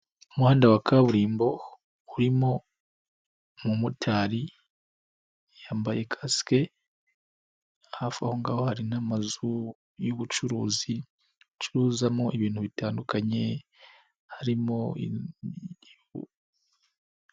Umuhanda wa kaburimbo, urimo umumotari, yambaye kask, hafi ahongaho hari n'amazu y'ubucuruzi, acuruzamo ibintu bitandukanye, harimo